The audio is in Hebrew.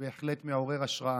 זה בהחלט מעורר השראה.